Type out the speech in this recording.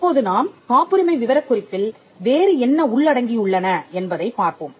இப்போது நாம் காப்புரிமை விவரக் குறிப்பில் வேறு என்ன உள்ளடங்கியுள்ளன என்பதைப் பார்ப்போம்